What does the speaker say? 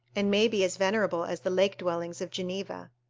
and may be as venerable as the lake-dwellings of geneva.